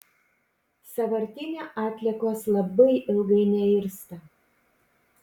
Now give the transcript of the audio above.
sąvartyne atliekos labai ilgai neirsta